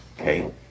Okay